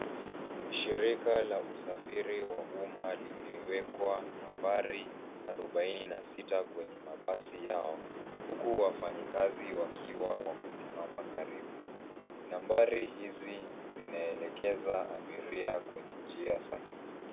Shirika la usafiri wa umma limewekwa nambari 46 kwenye mabsi yao huku wafanyikazi wakiwa wamesimama karibu. Nambari hizi zinaelekeza abiria kwenye njia sahihi.